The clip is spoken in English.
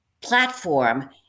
platform